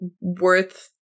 worth